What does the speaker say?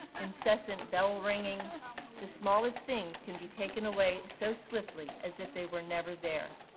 incessant bell ringing the smallest things can be taken away so swiftly as if they were never there.